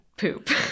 poop